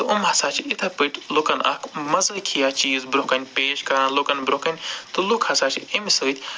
تہٕ یِم ہَسا چھِ یِتھَے پٲٹھۍ لُکن اَکھ مذٲقِیا چیٖز برٛونٛہہ کَنہِ پیش کَران لُکن برٛونٛہہ کَنہِ تہِ لُکھ ہَسا چھِ اَمہِ سۭتۍ